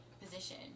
position